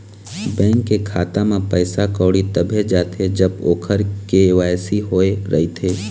bank के खाता म पइसा कउड़ी तभे जाथे जब ओखर के.वाई.सी होए रहिथे